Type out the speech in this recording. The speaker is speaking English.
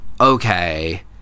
okay